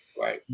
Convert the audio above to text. Right